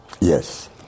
Yes